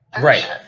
Right